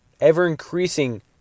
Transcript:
ever-increasing